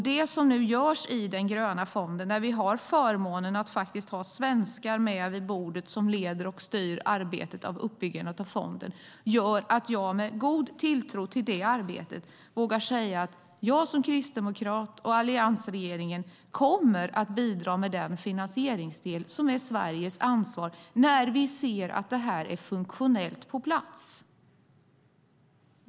Det som nu görs i den gröna fonden, där vi har förmånen att ha svenskar med som leder och styr arbetet med att bygga upp fonden, gör att jag med god tilltro till det arbetet vågar säga att alliansregeringen kommer att bidra med den finansieringsdel som är Sveriges ansvar när vi ser att detta är funktionellt på plats.